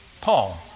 Paul